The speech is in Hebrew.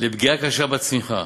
לפגיעה קשה בצמיחה,